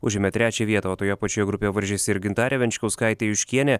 užėmė trečią vietą o toje pačioje grupėje varžėsi ir gintarė venčkauskaitė juškienė